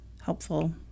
helpful